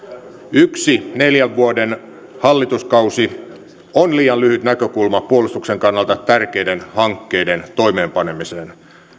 yksi neljän vuoden hallituskausi on liian lyhyt näkökulma puolustuksen kannalta tärkeiden hankkeiden toimeenpanemiseen